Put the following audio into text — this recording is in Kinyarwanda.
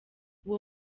uwo